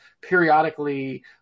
periodically